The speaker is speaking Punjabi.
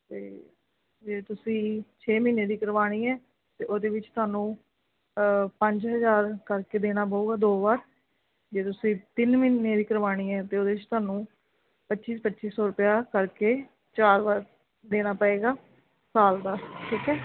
ਅਤੇ ਜੇ ਤੁਸੀਂ ਛੇ ਮਹੀਨੇ ਦੀ ਕਰਵਾਉਣੀ ਹੈ ਅਤੇ ਉਹਦੇ ਵਿੱਚ ਤੁਹਾਨੂੰ ਪੰਜ ਹਜ਼ਾਰ ਕਰਕੇ ਦੇਣਾ ਪਊਗਾ ਦੋ ਵਾਰ ਜੇ ਤੁਸੀਂ ਤਿੰਨ ਮਹੀਨੇ ਦੀ ਕਰਵਾਉਣੀ ਹੈ ਅਤੇ ਉਹਦੇ 'ਚ ਤੁਹਾਨੂੰ ਪੱਚੀ ਪੱਚੀ ਸੋ ਰੁਪਈਆ ਕਰਕੇ ਚਾਰ ਵਾਰ ਦੇਣਾ ਪਏਗਾ ਸਾਲ ਬਾਅਦ ਠੀਕ ਹੈ